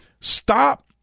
Stop